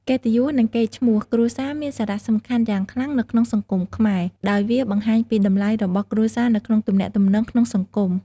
កិត្តិយស និងកេរ្តិ៍ឈ្មោះគ្រួសារមានសារៈសំខាន់យ៉ាងខ្លាំងនៅក្នុងសង្គមខ្មែរ ដោយវាបង្ហាញពីតម្លៃរបស់គ្រួសារនៅក្នុងទំនាក់ទំនងក្នុងសង្គម។